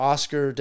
Oscar